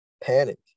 panic